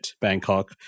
Bangkok